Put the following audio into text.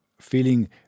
feeling